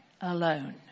alone